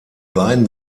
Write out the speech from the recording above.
beiden